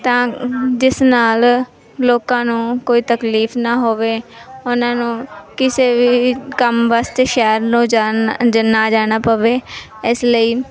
ਤਾਂ ਜਿਸ ਨਾਲ ਲੋਕਾਂ ਨੂੰ ਕੋਈ ਤਕਲੀਫ ਨਾ ਹੋਵੇ ਉਹਨਾਂ ਨੂੰ ਕਿਸੇ ਵੀ ਕੰਮ ਵਾਸਤੇ ਸ਼ਹਿਰ ਨੂੰ ਨਾ ਜਾਣਾ ਪਵੇ ਇਸ ਲਈ